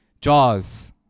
Jaws